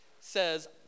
says